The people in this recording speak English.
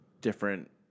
different